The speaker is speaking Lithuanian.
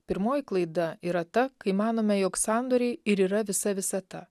pirmoji klaida yra ta kai manome jog sandoriai ir yra visa visata